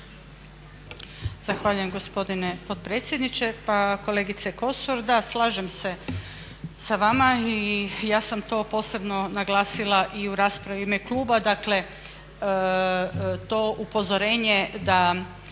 Zahvaljujem gospodine potpredsjedniče. Pa kolegice Kosor, da slažem se sa vama i ja sam to posebno naglasila i u raspravi u ime kluba. Dakle, to upozorenje da